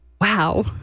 Wow